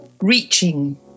reaching